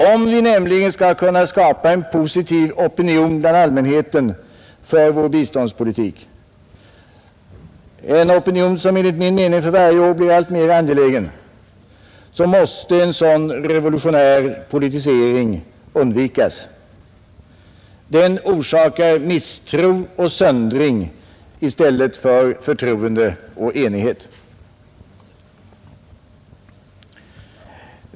Om vi nämligen skall kunna skapa en positiv opinion bland allmänheten för vår biståndspolitik — en opinion som enligt min mening för varje år blir alltmer angelägen — måste en sådan revolutionär politisering undvikas. Den orsakar misstro och söndring i stället för förtroende och enighet.